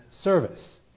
service